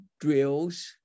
drills